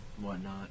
whatnot